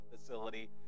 facility